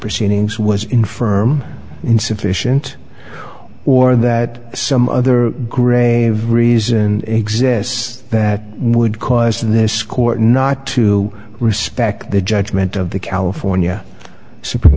proceedings was infirm insufficient or that some other grave reason exists that would cause this court not to respect the judgment of the california supreme